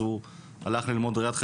אז הוא הלך ללמוד ראיית חשבון,